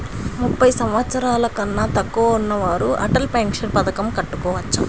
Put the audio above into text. ముప్పై సంవత్సరాలకన్నా తక్కువ ఉన్నవారు అటల్ పెన్షన్ పథకం కట్టుకోవచ్చా?